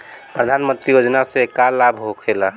प्रधानमंत्री योजना से का लाभ होखेला?